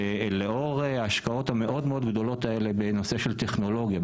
לאור ההשקעות המאוד גדולות האלה בנושא של טכנולוגיה,